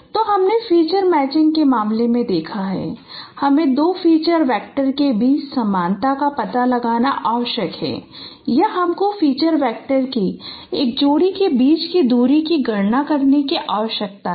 तो हमने feature matching के मामले में देखा है हमें दो फ़ीचर वैक्टर के बीच समानता का पता लगाना आवश्यक है या हमको फ़ीचर वैक्टर की एक जोड़ी के बीच की दूरी की गणना करने की आवश्यकता है